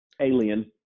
Alien